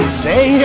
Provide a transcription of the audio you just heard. stay